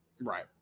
Right